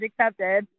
accepted